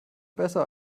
besser